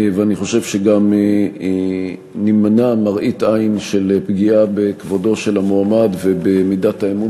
ואני חושב שגם נימנע ממראית עין של פגיעה בכבודו של המועמד ובמידת האמון